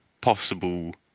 possible